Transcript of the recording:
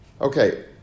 Okay